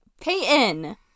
Peyton